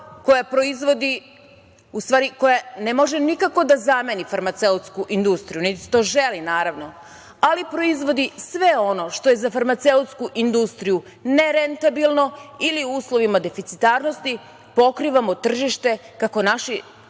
koja ne može nikako da zameni farmaceutsku industriju, niti to želi, naravno, ali proizvodi sve ono što je za farmaceutsku industriju nerentabilno ili u uslovima deficitarnosti pokrivamo tržište kako naši